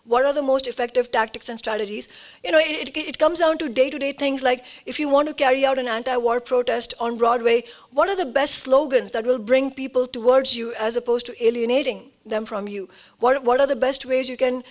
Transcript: what are the most effective tactics and strategies you know it it comes down to day to day things like if you want to carry out an anti war protest on broadway one of the best slogans that will bring people towards you as opposed to eliminating them from you what are the best ways you can